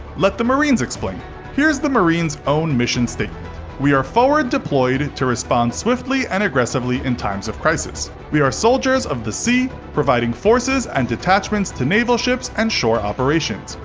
let the marines explain here's the marines' own mission statement we are forward deployed to respond swiftly and aggressively in times of crisis. we are soldiers of the sea, providing forces and detachments to naval ships and shore operations.